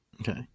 Okay